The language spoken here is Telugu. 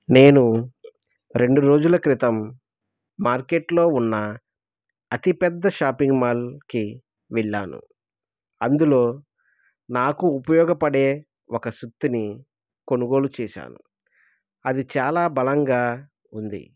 నేను రెండు రోజుల క్రితం మార్కెట్లో ఉన్న అతి పెద్ద షాపింగ్ మాల్కి వెళ్ళాను అందులో నాకు ఉపయోగపడే ఒక సుత్తిని కొనుగోలు చేసాను అది చాలా బలంగా ఉంది